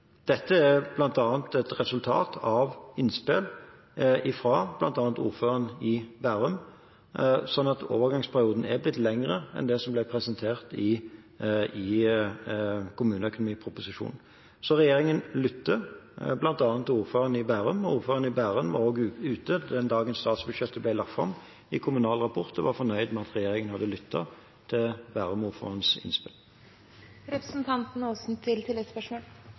Dette er bl.a. et resultat av innspill fra bl.a. ordføreren i Bærum, slik at overgangsperioden har blitt lengre enn det som ble presentert i kommuneproposisjonen – så regjeringen lytter, bl.a. til ordføreren i Bærum. Ordføreren i Bærum var også den dagen statsbudsjettet ble lagt fram, ute i Kommunal Rapport og var fornøyd med at regjeringen hadde lyttet til